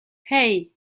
hey